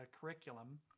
curriculum